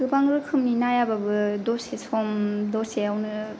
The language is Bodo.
गोबां रोखोमनि नायाबाबो दसे सम दसेयावनो